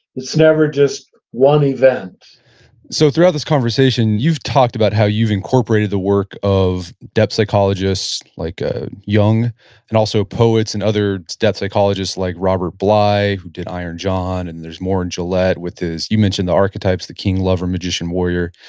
it's never just one event so throughout this conversation, you've talked about how you've incorporated the work of depth psychologists like ah jung, and also poets and other depth psychologists like robert bly, who did iron john, and there's moore and gillette, with his, you mentioned the archetypes, the king, lover, magician, warrior.